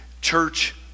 church